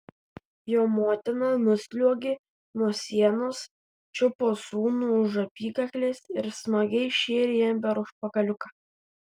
jo motina nusliuogė nuo sienos čiupo sūnų už apykaklės ir smagiai šėrė jam per užpakaliuką